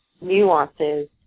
nuances